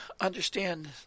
understand